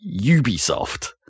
ubisoft